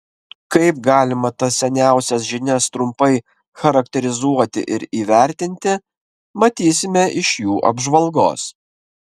kaip galima tas seniausias žinias trumpai charakterizuoti ir įvertinti matysime iš jų apžvalgos